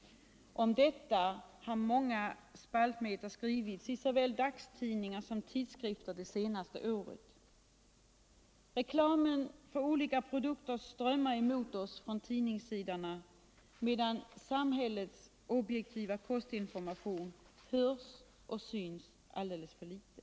Om detta har många spaltmeter skrivits i såväl dagstidningar som tidskrifter det senaste året. Reklamen för olika produkter strömmar emot oss från tidningssidorna, medan samhällets objektiva kostinformation hörs och syns alldeles för litet.